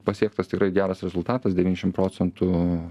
pasiektas tikrai geras rezultatas devyniasdešim procentų